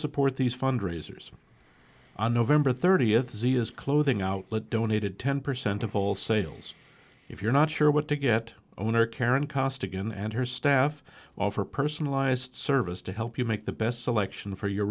support these fundraisers on nov thirtieth zia's clothing outlet donated ten percent of all sales if you're not sure what to get owner karen cost again and her staff offer personalized service to help you make the best selection for your